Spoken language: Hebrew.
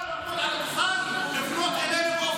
לא רוצים שנגיב לה, שתגיד את הדברים שלה.